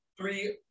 three